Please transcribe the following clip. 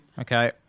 Okay